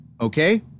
Okay